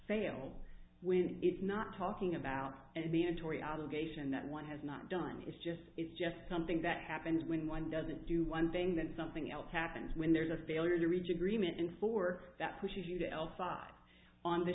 sale when it's not talking about and being a tory obligation that one has not done it's just it's just something that happens when one doesn't do one thing then something else happens when there's a failure to reach agreement and for that pushes you to alcide on the